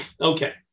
Okay